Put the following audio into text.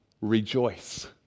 rejoice